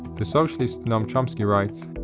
the socialist, noam chomsky writes